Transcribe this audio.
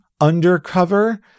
undercover